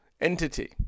entity